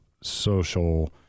social